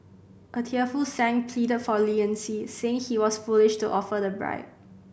a tearful Sang pleaded for leniency saying he was foolish to offer the bribe